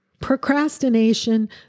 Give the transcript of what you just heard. Procrastination